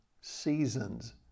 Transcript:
seasons